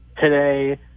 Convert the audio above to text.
today